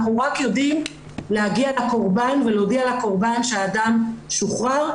אנחנו רק יודעים להגיע לקורבן ולהודיע לקורבן שהאדם שוחרר.